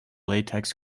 latex